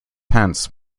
hence